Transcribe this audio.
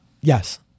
Yes